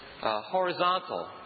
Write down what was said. horizontal